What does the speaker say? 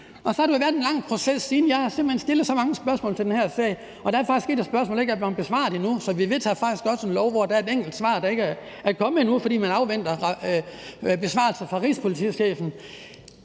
Og så har der jo været en lang proces siden; jeg har simpelt hen stillet så mange spørgsmål til den her sag, og der er faktisk et af spørgsmålene, der ikke er blevet besvaret endnu, så vi vedtager faktisk også en lov, hvor der er et enkelt svar, der ikke er kommet endnu, fordi man afventer besvarelse fra rigspolitichefen.